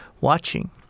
Watching